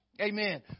amen